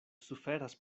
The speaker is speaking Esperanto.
suferas